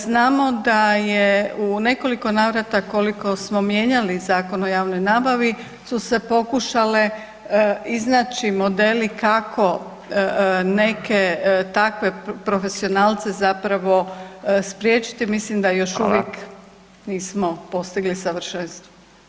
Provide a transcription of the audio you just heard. Znamo da je u nekoliko navrata koliko smo mijenjali Zakon o javnoj nabavi su se pokušale iznaći modeli kako neke takve profesionalce zapravo spriječiti [[Upadica: Hvala.]] mislim da još uvijek nismo postigli savršenstvo.